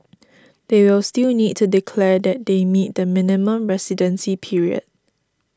they will still need to declare that they meet the minimum residency period